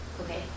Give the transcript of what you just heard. okay